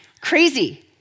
Crazy